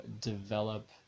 develop